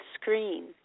screen